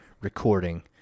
recording